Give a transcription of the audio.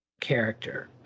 character